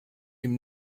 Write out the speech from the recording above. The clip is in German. ihm